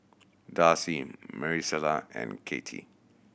Darci Maricela and Katie